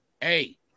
Hey